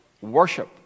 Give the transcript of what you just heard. worship